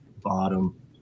bottom